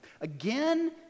Again